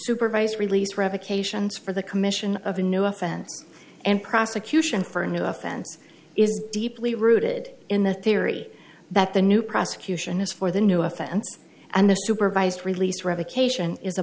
supervised release revocations for the commission of a new offense and prosecution for a new offense is deeply rooted in the theory that the new prosecution is for the new offense and the supervised release revocation is a